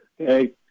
Okay